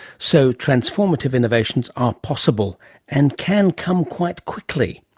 so, transformative innovations are possible and can come quite quickly.